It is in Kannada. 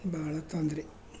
ಭಾಳ ತೊಂದ್ರೆ